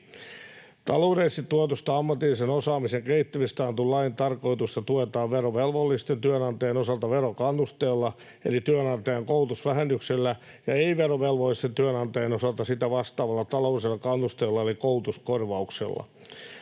lakiin. Taloudellisesti tuetusta ammatillisen osaamisen kehittämisestä annetun lain tarkoitusta tuetaan verovelvollisten työnantajien osalta verokannusteella eli työnantajan koulutusvähennyksellä ja ei-verovelvollisten työnantajien osalta sitä vastaavalla taloudellisella kannusteella eli koulutuskorvauksella.